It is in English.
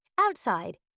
Outside